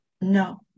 No